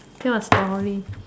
tell a story